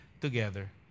together